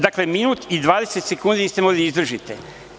Dakle, minut i 20 sekundi niste mogli da izdržite.